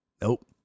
nope